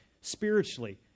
spiritually